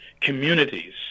communities